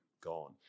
gone